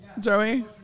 Joey